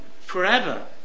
forever